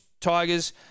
Tigers